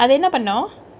அத என்ன பன்னு:athu enna pannu